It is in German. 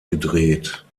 gedreht